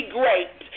great